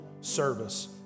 service